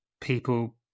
people